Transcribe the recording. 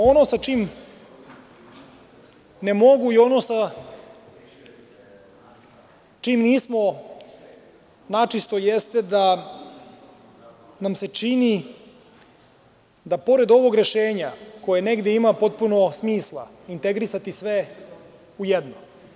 Ono sa čim ne mogu i ono sa čim nismo načisto, jeste da nam se čini da pored ovog rešenja, koje negde ima potpuno smisla, integrisati sve u jedno.